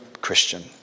Christian